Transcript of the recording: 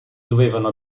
dovevano